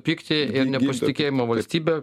pyktį ir nepasitikėjimą valstybe